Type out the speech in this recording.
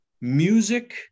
music